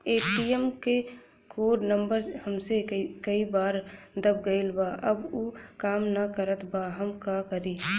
ATM क code number हमसे कई बार दब गईल बा अब उ काम ना करत बा हम का करी?